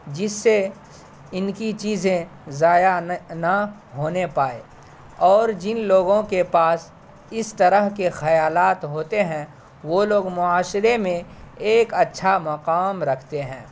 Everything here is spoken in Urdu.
جس سے ان کی چیزیں ضائع نہ ہونے پائے اور جن لوگوں کے پاس اس طرح کے خیالات ہوتے ہیں وہ لوگ معاشرے میں ایک اچھا مقام رکھتے ہیں